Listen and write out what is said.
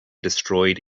destroyed